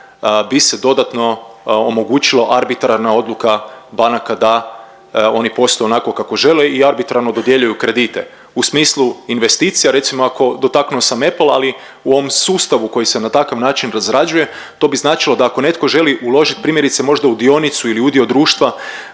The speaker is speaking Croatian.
bi se dodatno omogućilo arbitrarna odluka banaka da oni posluju onako kako žele i arbitrarno dodjeljuju kredite u smislu investicija. Recimo ako, dotaknuo sam EPOL ali u ovom sustavu koji se na takav način razrađuje to bi značilo da ako netko želi uložit primjerice možda u dionicu ili udio društva